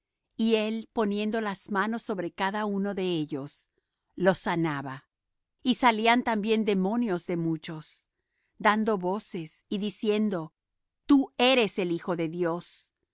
ellos los sanaba y salían también demonios de muchos dando voces y diciendo tú eres el hijo de dios